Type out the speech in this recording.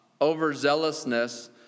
overzealousness